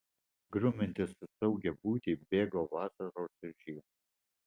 grumiantis už saugią būtį bėgo vasaros ir žiemos